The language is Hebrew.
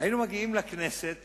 היו מגיעים לכנסת